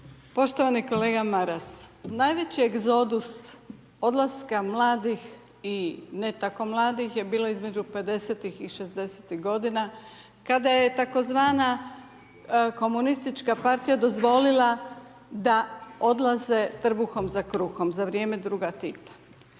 Poštovani kolega Maras, najveći egzodus odlaska mladih i ne tako mladih je bilo između 50-ih i 60-ih godina kada je tzv. KP dozvolila da odlaze trbuhom za kruhom za vrijeme druga Tita.